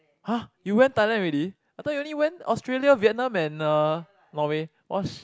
!huh! you went Thailand already I thought you only went Australia Vietnam and uh Norway !wah! sh~